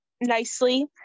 nicely